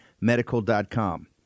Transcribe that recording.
medical.com